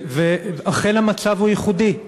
אכן המצב הוא ייחודי.